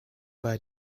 bei